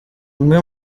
umwe